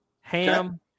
ham